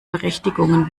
berechtigungen